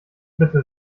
bitte